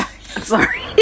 Sorry